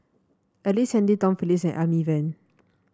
Ellice Handy Tom Phillips Amy Van